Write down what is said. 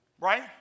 right